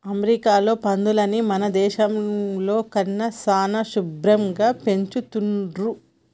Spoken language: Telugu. అమెరికాలో పందులని మన దేశంలో కన్నా చానా శుభ్భరంగా పెంచుతున్రు